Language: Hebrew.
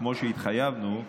כמו שהתחייבנו,